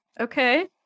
Okay